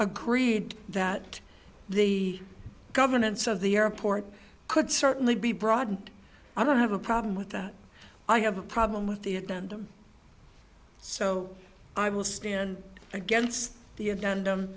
agree that the governance of the airport could certainly be broadened i don't have a problem with that i have a problem with the agenda so i will stand against the agend